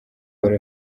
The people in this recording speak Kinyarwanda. wari